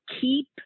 keep –